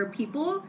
people